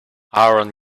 aaron